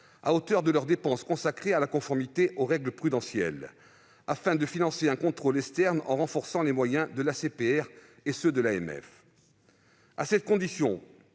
à hauteur de leurs dépenses consacrées à la mise en conformité aux règles prudentielles afin de financer un contrôle externe et renforcer les moyens de l'ACPR et de l'AMF